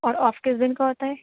اور آف کس دِن کا ہوتا ہے